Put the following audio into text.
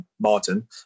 Martin